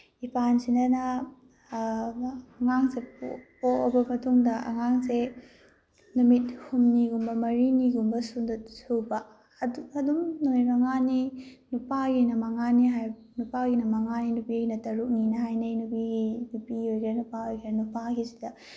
ꯏꯄꯥꯟꯁꯤꯗꯅ ꯑꯉꯥꯡꯁꯦ ꯄꯣꯛꯑꯕ ꯃꯇꯨꯡꯗ ꯑꯉꯥꯡꯁꯦ ꯅꯨꯃꯤꯠ ꯍꯨꯝꯅꯤꯒꯨꯝꯕ ꯃꯔꯤꯅꯤꯒꯨꯝꯕ ꯁꯨꯕ ꯑꯗꯨ ꯑꯗꯨꯝ ꯅꯨꯃꯤꯠ ꯃꯉꯥꯅꯤ ꯅꯨꯄꯥꯒꯤꯅ ꯃꯉꯥꯅꯤ ꯅꯨꯄꯥꯒꯤꯅ ꯃꯉꯥꯅꯤ ꯅꯨꯄꯤꯒꯤꯅ ꯇꯔꯨꯛꯅꯤꯅ ꯍꯥꯏꯅꯩ ꯅꯨꯄꯤꯒꯤ ꯅꯨꯄꯤ ꯑꯣꯏꯒꯦꯔꯥ ꯅꯨꯄꯥ ꯑꯣꯏꯒꯦꯔꯥ ꯅꯨꯄꯥꯒꯤꯁꯤꯗ